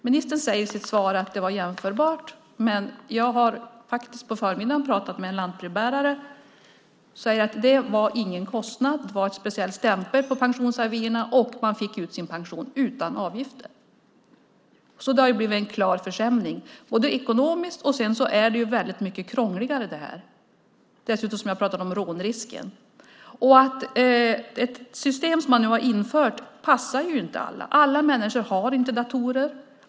Ministern säger i sitt svar att det var jämförbart, men jag har i dag på förmiddagen pratat med en lantbrevbärare som säger att det inte var någon kostnad. Det var en speciell stämpel på pensionsavierna och man fick ut sin pension utan avgifter. Det har alltså blivit en klar försämring ekonomiskt och väldigt mycket krångligare. Dessutom, som jag har pratat om, ökar rånrisken. Det system som nu har införts passar inte alla. Alla människor har inte datorer.